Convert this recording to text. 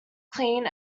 clean